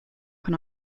can